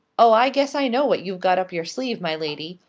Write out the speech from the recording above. oh, i guess i know what you've got up your sleeve, my lady.